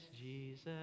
Jesus